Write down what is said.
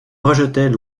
rejetaient